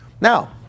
Now